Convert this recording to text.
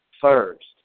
first